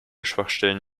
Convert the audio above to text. schwachstellen